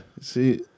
see